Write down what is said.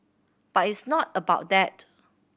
but it's not about that